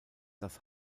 das